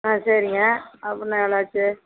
ஆ சரிங்க அப்பிட்னா எவ்வளோ ஆச்சு